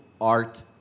art